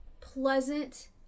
pleasant